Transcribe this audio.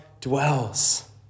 dwells